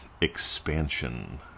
expansion